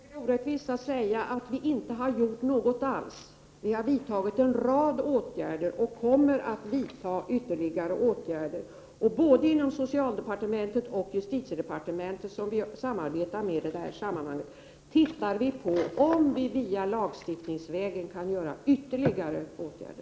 Herr talman! Det är orättvist att säga att vi inte har gjort något alls. Vi har vidtagit en rad åtgärder och kommer att vidta ytterligare åtgärder. Både inom socialdepartementet och inom justitiedepartementet — som vi i det här sammanhanget samarbetar med — undersöker vi om vi via lagstiftning kan nå längre.